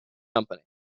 company